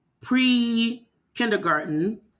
pre-kindergarten